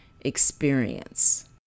experience